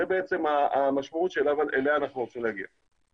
זאת בעצם המשמעות אליה אנחנו רוצים להגיע.